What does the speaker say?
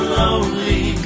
lonely